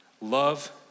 Love